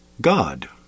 God